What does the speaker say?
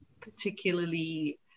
particularly